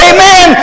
Amen